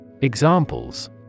Examples